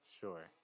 Sure